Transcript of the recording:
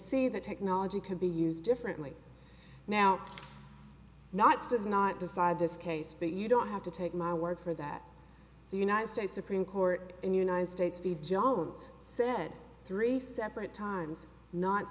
see that technology could be used differently now nots does not decide this case but you don't have to take my word for that the united states supreme court in united states feed jones said three separate times not